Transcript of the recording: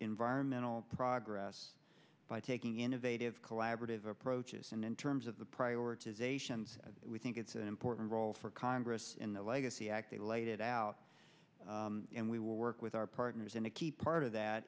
environmental progress by taking innovative collaborative approaches and in terms of the prioritization we think it's an important role for congress in the legacy act they laid it out and we will work with our partners in a key part of that